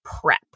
prep